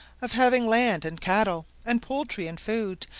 of having land and cattle, and poultry and food,